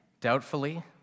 doubtfully